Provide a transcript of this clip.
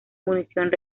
munición